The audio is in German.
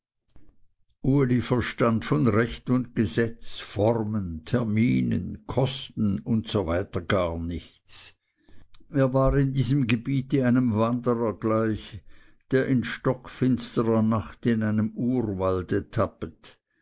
uli verstand von recht und gesetz formen terminen kosten usw gar nichts er war in diesem gebiete einem wanderer gleich der in stockfinsterer nacht in einem urwalde tappet